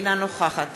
אינה נוכחת